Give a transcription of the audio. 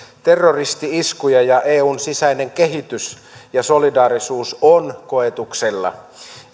terroristi iskuja ja eun sisäinen kehitys ja solidaarisuus ovat koetuksella